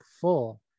full